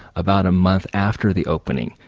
about a month after the opening,